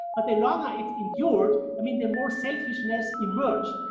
but the longer it endured, i mean the more selfishness emerged,